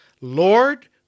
Lord